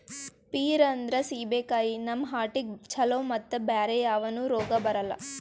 peer ಅಂದ್ರ ಸೀಬೆಕಾಯಿ ನಮ್ ಹಾರ್ಟಿಗ್ ಛಲೋ ಮತ್ತ್ ಬ್ಯಾರೆ ಯಾವನು ರೋಗ್ ಬರಲ್ಲ್